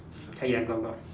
ah ya got brown